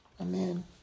Amen